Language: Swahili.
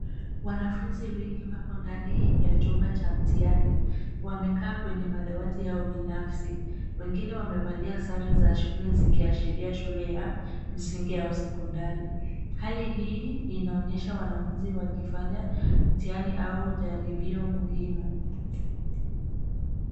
Wanafunzi wengi wako ndani ya chumba cha mtihani. Wamekaa kwenye madawati yao binafsi. Wengine wamevalia sare za shule zikiashiria shule ya msingi au sekondari. Hali hii inaonesha wanaafunzi wakifanya mtihani au jaribio muhimu.